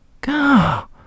God